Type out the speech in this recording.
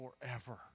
forever